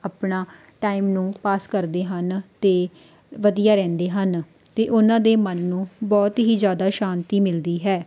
ਆਪਣਾ ਟਾਈਮ ਨੂੰ ਪਾਸ ਕਰਦੇ ਹਨ ਅਤੇ ਵਧੀਆ ਰਹਿੰਦੇ ਹਨ ਅਤੇ ਉਹਨਾਂ ਦੇ ਮਨ ਨੂੰ ਬਹੁਤ ਹੀ ਜ਼ਿਆਦਾ ਸ਼ਾਂਤੀ ਮਿਲਦੀ ਹੈ